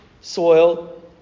soil